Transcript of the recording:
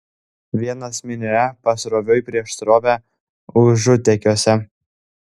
vienas minioje pasroviui prieš srovę užutėkiuose